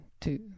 two